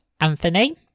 Anthony